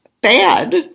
bad